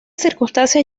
circunstancias